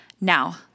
Now